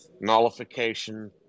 nullification